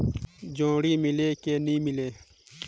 जोणी मीले कि नी मिले?